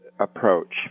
approach